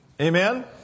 Amen